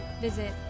visit